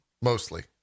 Mostly